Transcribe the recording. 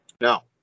Now